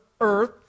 earth